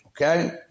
Okay